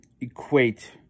equate